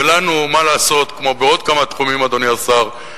ולנו, מה לעשות, כמו בעוד כמה תחומים, אדוני השר,